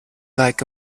like